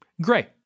great